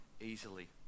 easily